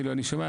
כאילו אני שומע,